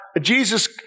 Jesus